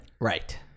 Right